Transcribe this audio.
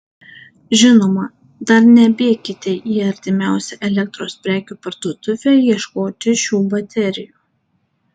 žinoma dar nebėkite į artimiausią elektros prekių parduotuvę ieškoti šių baterijų